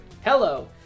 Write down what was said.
hello